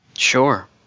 Sure